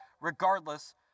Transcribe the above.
regardless